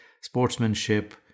sportsmanship